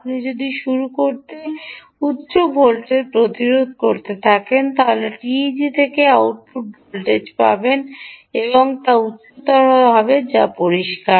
আপনি যদি শুরু করতে উচ্চ উত্স প্রতিরোধের থাকে তবে আপনি টিইজি থেকে যে আউটপুট ভোল্টেজ পাবেন তা উচ্চতর হবে যা পরিষ্কার